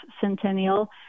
centennial